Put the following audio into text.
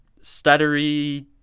stuttery